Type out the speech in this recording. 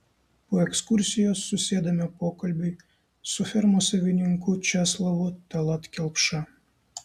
po ekskursijos susėdame pokalbiui su fermos savininku česlovu tallat kelpša